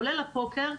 כולל הפוקר,